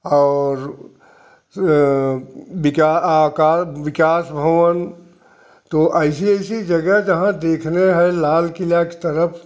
और विकास भवन तो ऐसी ऐसी जगह जहाँ देखना है लाल किला की तरफ